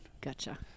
Gotcha